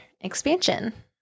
expansion